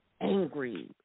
Angry